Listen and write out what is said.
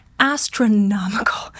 Astronomical